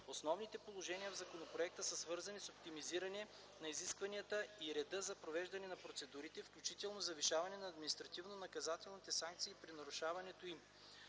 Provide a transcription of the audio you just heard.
Основните положения в законопроекта са свързани с оптимизиране на изискванията и реда за провеждане на процедурите, включително завишаване на административно-наказателните санкции при нарушаването им.